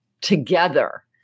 together